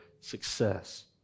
success